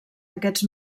aquests